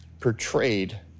portrayed